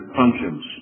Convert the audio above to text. functions